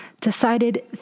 decided